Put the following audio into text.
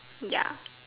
ya